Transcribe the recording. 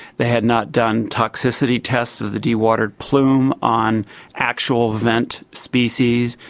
they had not done toxicity tests of the dewatered plume on actual vent species,